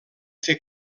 fer